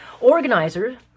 organizers